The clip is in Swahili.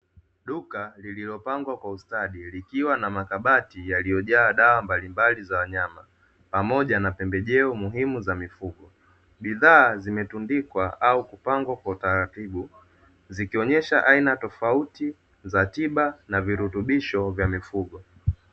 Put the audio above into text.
Duka lililo pangwa kwa ustadi likiwa na makabati yaliyo jaa dawa mbalimbali za wanyama pamoja na pembejeo muhimu za mifugo, Bidhaa zimetundikwa au kupangwa kwa utalatibu zikionesha aina tofauti za tiba na virutubisho vya mifugo.